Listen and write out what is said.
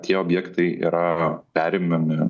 tie objektai yra perimami